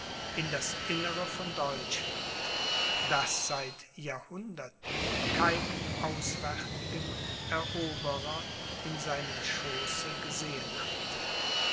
in das innere von deutschland das seit jahrhunderten keinen auswärtigen eroberer in seinem schooße gesehen hatte